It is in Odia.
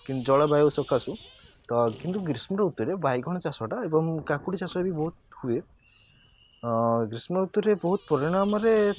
କିନ୍ତୁ ଜଳବାୟୁ ସକାଶୁ ତ କିନ୍ତୁ ଗ୍ରୀଷ୍ମ ରୁତୁରେ ବାଇଗଣ ଚାଷଟା ଏବଂ କାକୁଡ଼ି ଚାଷ ବି ବହୁତ ହୁଏ ଗ୍ରୀଷ୍ମ ରୁତୁରେ ବହୁତ ପରିଣାମରେ